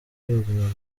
ubuzima